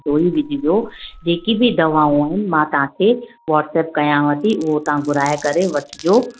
पोइ ई विझिजो जेकी बि दवाऊं आहिनि मां तव्हां खे व्हाट्सअप कयांव थी उहो तव्हां घुराए करे वठिजो